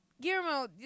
Guillermo